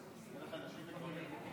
נמנעים.